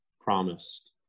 promised